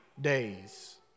days